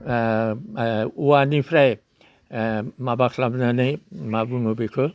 औवानिफ्राय माबा खालामनानै मा बुङो बेखौ